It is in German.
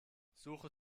suche